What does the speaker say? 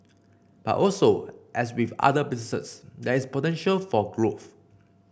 but also as with other businesses there is potential for growth